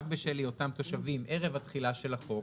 רק בשל היותם תושבים ערב התחילה של החוק,